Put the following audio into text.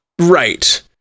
Right